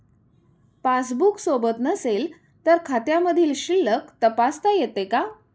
Passbook सोबत नसेल तर खात्यामधील शिल्लक तपासता येते का?